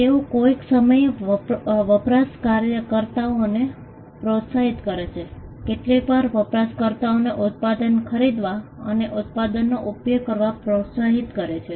તેઓ કોઈક સમયે વપરાશકર્તાઓને પ્રોત્સાહિત કરે છે તેઓ કેટલીકવાર વપરાશકર્તાઓને ઉત્પાદન ખરીદવા અને ઉત્પાદનનો ઉપયોગ કરવા પ્રોત્સાહિત કરે છે